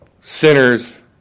sinners